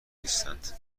نیستند